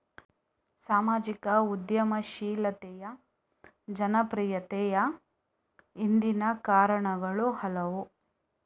ಸಾಮಾಜಿಕ ಉದ್ಯಮಶೀಲತೆಯ ಜನಪ್ರಿಯತೆಯ ಹಿಂದಿನ ಕಾರಣಗಳು ಹಲವು